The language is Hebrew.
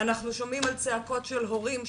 אנחנו שומעים על צעקות של הורים,